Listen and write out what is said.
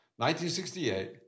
1968